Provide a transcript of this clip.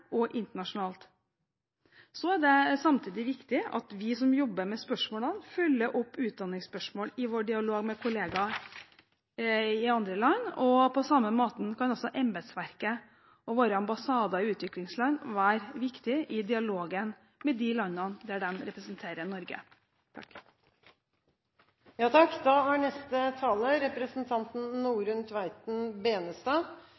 og internasjonalt. Så er det samtidig viktig at vi som jobber med spørsmålene, følger opp utdanningsspørsmål i vår dialog med kolleger i andre land, og på samme måten kan også embetsverket og våre ambassader i utviklingsland være viktige i dialogen med de landene der de representerer Norge.